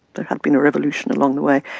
there had been a revolution along the way,